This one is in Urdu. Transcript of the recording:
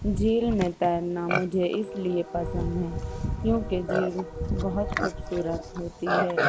جھیل میں تیرنا مجھے اس لیے پسند ہیں کیونکہ جھیل بہت خوبصورت ہوتی ہے